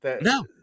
No